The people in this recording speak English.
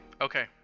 Okay